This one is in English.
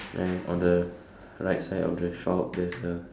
then on the right side of the shop there's a